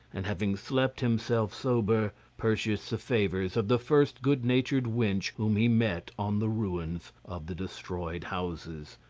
and having slept himself sober, purchased the favours of the first good-natured wench whom he met on the ruins of the destroyed houses,